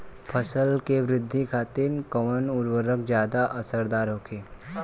फसल के वृद्धि खातिन कवन उर्वरक ज्यादा असरदार होखि?